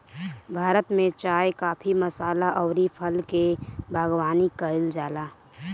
भारत में चाय, काफी, मसाला अउरी फल के बागवानी कईल जाला